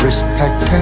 Respect